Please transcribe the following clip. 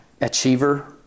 Achiever